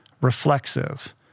reflexive